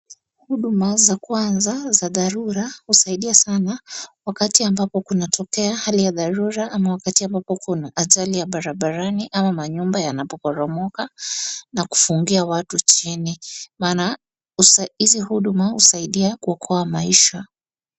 Huduma za kwanza za dharura husaidia sana wakati ambapo kunatokea hali ya dharura ama wakati ambapo kuna ajali ya barabarani ama manyumba yanapoporomoka na kufungia watu chini, maana hizi huduma husaidia kuokoa maisha.